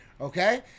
okay